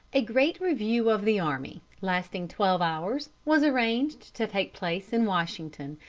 a great review of the army, lasting twelve hours, was arranged to take place in washington,